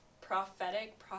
prophetic